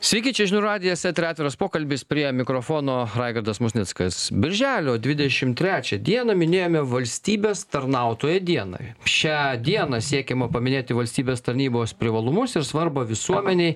sveiki čia žinių radijas etery atviras pokalbis prie mikrofono raigardas musnickas birželio dvidešimt trečią dieną minėjome valstybės tarnautojo dieną šią dieną siekiama paminėti valstybės tarnybos privalumus ir svarbą visuomenei